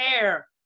air